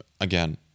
again